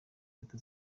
leta